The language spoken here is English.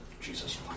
Jesus